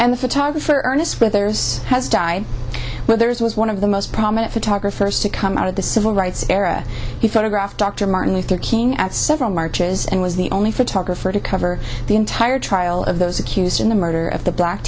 and the photographer ernest withers has died well there's was one of the most prominent photographers to come out of the civil rights era he photographed dr martin luther king at several marches and was the only photographer to cover the entire trial of those accused in the murder of the black